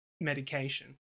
medication